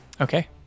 Okay